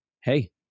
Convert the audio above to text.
hey